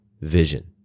vision